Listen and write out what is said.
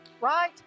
right